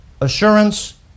assurance